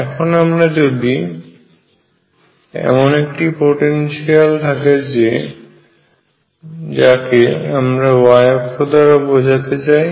এখন আমরা যদি এমন একটি পোটেনশিয়াল থাকে যে যাকে আমরা y অক্ষ দ্বারা বোঝাতে চাই